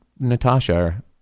Natasha